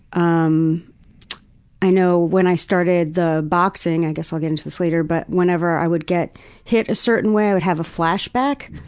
um i know when i started boxing, i guess i'll get into this later, but whenever i would get hit a certain way i would have a flashback.